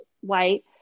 white